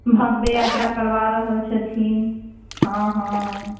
भव्य यात्रा करबा रहल छथिन हँ हँ